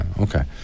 Okay